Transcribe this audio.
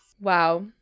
Wow